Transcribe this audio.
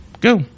go